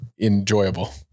Enjoyable